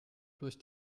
durch